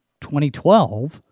2012